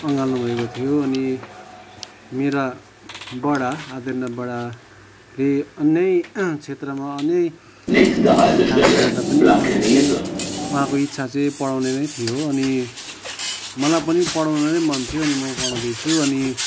अँगाल्नुभएको थियो अनि मेरा बडा आदरणीय बडाले अन्यै क्षेत्रमा अन्यै क्षेत्रमा काम गरे तापनि उहाँले चाहिँ उहाँको इच्छा चाहिँ पढाउने नै थियो अनि मलाई पनि पढाउने नै मन थियो अनि म पढाउँदैछु अनि